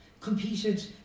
competed